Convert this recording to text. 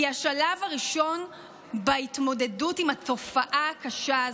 היא השלב הראשון בהתמודדות עם התופעה הקשה הזו.